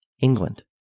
England